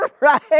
right